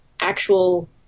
actual